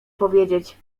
powiedzieć